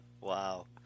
wow